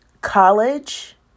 college